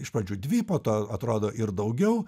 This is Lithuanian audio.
iš pradžių dvi po to atrodo ir daugiau